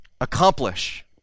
accomplish